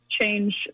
change